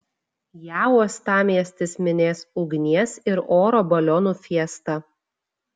ją uostamiestis minės ugnies ir oro balionų fiesta